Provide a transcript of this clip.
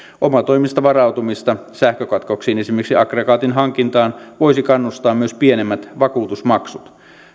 omatoimista varautumista sähkökatkoksiin esimerkiksi aggregaatin hankintaan voisivat kannustaa myös pienemmät vakuutusmaksut